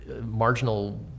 marginal